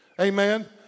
Amen